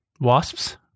Wasps